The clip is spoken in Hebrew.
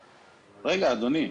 אדוני,